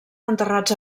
enterrats